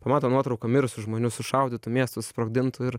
pamato nuotrauką mirusių žmonių sušaudytų miestų susprogdintų ir